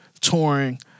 touring